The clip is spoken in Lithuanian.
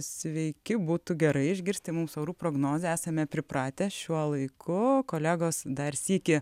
sveiki būtų gerai išgirsti mūsų orų prognozę esame pripratę šiuo laiku kolegos dar sykį